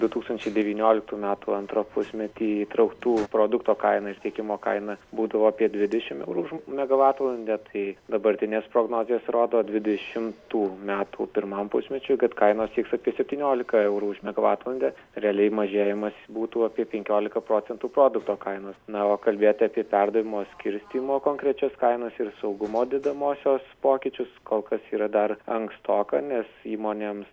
du tūkstančiai devynioliktų metų antrą pusmety įtrauktų produkto kaina ir tiekimo kaina būdavo apie dvidešim eurų megavatvalandę tai dabartinės prognozės rodo dvidešimtų metų pirmam pusmečiui kad kainos sieks apie septyniolika eurų už megavatvalandę realiai mažėjimas būtų apie penkiolika procentų produkto kainos na o kalbėti apie perdavimo skirstymo konkrečias kainas ir saugumo dedamosios pokyčius kol kas yra dar ankstoka nes įmonėms